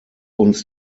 uns